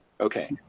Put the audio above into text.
okay